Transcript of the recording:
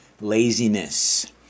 laziness